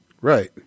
right